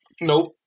nope